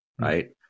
right